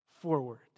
forward